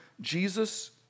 Jesus